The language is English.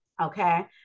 Okay